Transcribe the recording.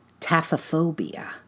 taphophobia